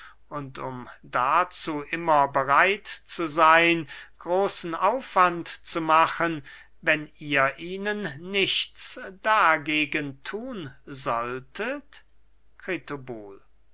und um dazu immer bereit zu seyn großen aufwand zu machen wenn ihr ihnen nichts dagegen thun solltet